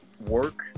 work